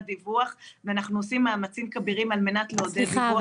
דיווח ואנחנו עושים מאמצים כבירים על מנת לעודד דיווח.